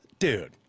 Dude